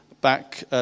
back